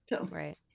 right